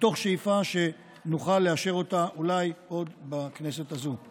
מתוך שאיפה שנוכל לאשר אותה אולי עוד בכנסת הזו.